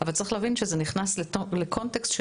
אבל צריך להבין שזה נכנס לקונטקסט של